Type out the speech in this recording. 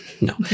No